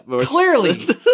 Clearly